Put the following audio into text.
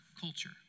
culture